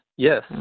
Yes